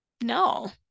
No